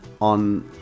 on